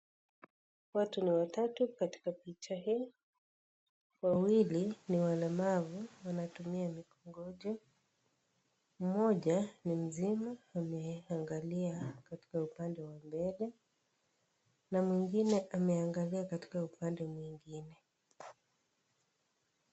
Watu ni watatu katika picha hii wawili ni walemavu wanatumia mikongojo mmoja ni nzima ameangalia katika upande wa mbele na mwingine ameangalia katika upande mwingine.